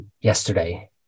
yesterday